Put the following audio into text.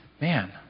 man